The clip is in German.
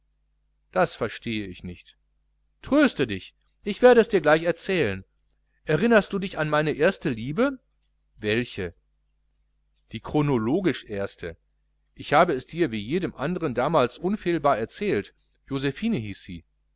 das verstehe ich nicht tröste dich ich werde es dir gleich erzählen erinnerst du dich an meine erste liebe welche die chronologisch erste ich habe es dir wie jedem andern damals unfehlbar erzählt josephine hieß